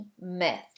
myth